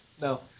No